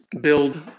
build